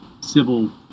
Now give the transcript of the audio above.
Civil